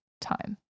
time